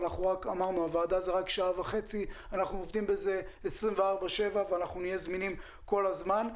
אנחנו עובדים בזה 24/7 ואנחנו נהיה זמינים כל הזמן.